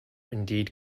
indeed